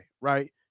right